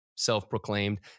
self-proclaimed